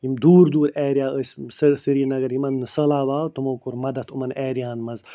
یِم دوٗر دوٗر اٮ۪رِیا ٲسۍ سٔہ سریٖنگر یِمَن نہٕ سہلاب آو تِمَو کوٚر مدتھ یِمَن اٮ۪رِیاہَن منٛز